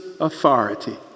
authority